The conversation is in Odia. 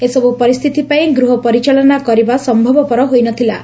ଏସବୁ ପରିସ୍ଚିତି ପାଇଁ ଗୃହ ପରିଚାଳନା କରିବା ସମ୍ମବ ପର ହୋଇ ନ ଥଲା